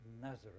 Nazareth